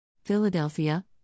Philadelphia